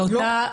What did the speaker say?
לא.